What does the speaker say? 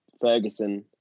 Ferguson